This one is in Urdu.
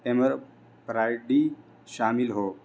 ایمر پرائیڈی شامل ہو